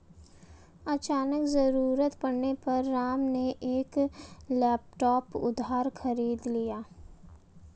अचानक ज़रूरत पड़ने पे राम ने एक लैपटॉप उधार खरीद लिया